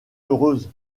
heureuse